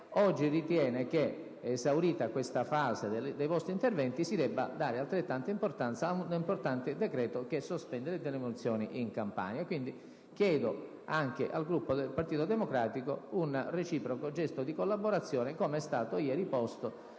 oggi ritiene che, esaurita la fase dei vostri interventi, si debba dare altrettanta importanza ad un rilevante decreto che sospende le demolizioni in Campania. Quindi, chiedo anche al Gruppo del Partito Democratico un reciproco gesto di collaborazione, come quello posto